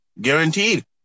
Guaranteed